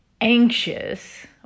anxious